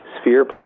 sphere